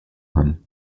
him